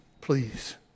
please